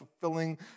fulfilling